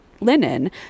linen